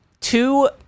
two